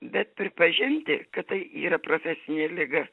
bet pripažinti kad tai yra profesinė liga